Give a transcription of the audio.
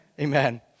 Amen